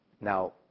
Now